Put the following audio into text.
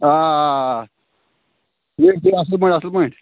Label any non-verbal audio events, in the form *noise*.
آ آ آ *unintelligible* اَصٕل پٲٹھۍ